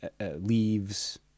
leaves